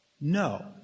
No